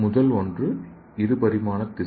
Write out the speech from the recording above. முதல் ஒன்று இரு பரிமாண திசு